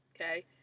Okay